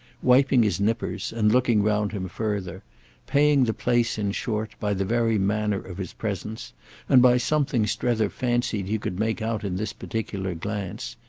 wiping his nippers and looking round him further paying the place in short by the very manner of his presence and by something strether fancied he could make out in this particular glance,